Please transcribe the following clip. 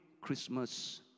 christmas